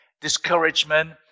discouragement